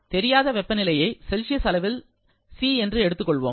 தெரியாத வெப்பநிலையை செல்சியஸ் அளவில் C என்று எடுத்துக்கொள்வோம்